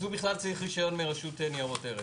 בכלל צריך רישיון מרשות ניירות ערך.